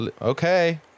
Okay